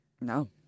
No